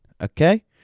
okay